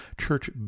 church